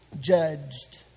judged